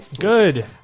Good